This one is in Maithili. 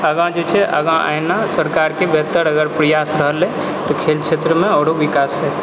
आगा जे छै आगा अहिना सरकारके बेहतर अगर प्रयास रहलै तऽ खेल क्षेत्रमे आओरो विकास हेतै